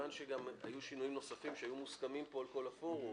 היועץ המשפטי כיוון שהיו כאן סיכומים שהיו מוסכמים על כל הפורום